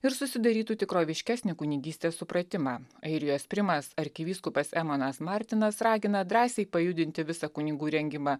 ir susidarytų tikroviškesnį kunigystės supratimą airijos primas arkivyskupas emanas martinas ragina drąsiai pajudinti visą kunigų rengimą